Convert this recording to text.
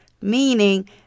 Meaning